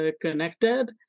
connected